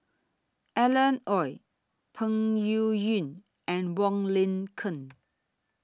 Alan Oei Peng Yuyun and Wong Lin Ken